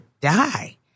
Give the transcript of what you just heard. die